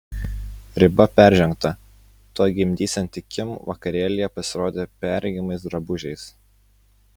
riba peržengta tuoj gimdysianti kim vakarėlyje pasirodė perregimais drabužiais